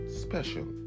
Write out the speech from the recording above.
Special